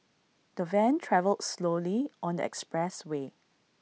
the van travelled slowly on the expressway